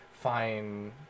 fine